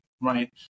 right